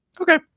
Okay